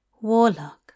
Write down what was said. Warlock